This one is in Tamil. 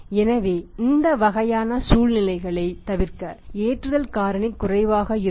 எனவே இந்த வகையான சூழ்நிலையைத் தவிர்க்க ஏற்றுதல் காரணி குறைவாக இருக்கும்